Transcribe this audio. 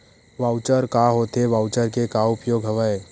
Voucher का होथे voucher के का उपयोग हवय?